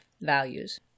values